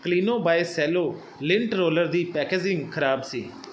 Kleeno by Cello lint roller ਦੀ packaging ਖਰਾਬ ਸੀ